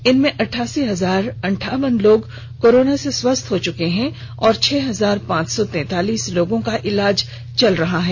इनमें अठासी हजार अंठावन लोगो कोरोना से स्वस्थ हो चुके हैं और छह हजार पांच सौ तैंतालीस लोगों का इलाज चल रहा है